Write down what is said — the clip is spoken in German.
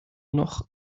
noch